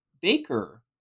Baker